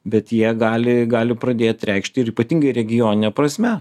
bet jie gali gali pradėt reikšt ir ypatingai regionine prasme